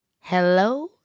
Hello